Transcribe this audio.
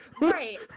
Right